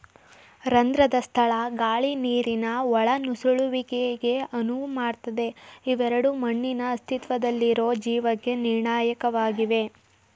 ರಂಧ್ರದ ಸ್ಥಳ ಗಾಳಿ ನೀರಿನ ಒಳನುಸುಳುವಿಕೆಗೆ ಅನುವು ಮಾಡ್ತದೆ ಇವೆರಡೂ ಮಣ್ಣಿನ ಅಸ್ತಿತ್ವದಲ್ಲಿರೊ ಜೀವಕ್ಕೆ ನಿರ್ಣಾಯಕವಾಗಿವೆ